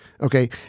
Okay